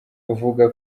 uvuga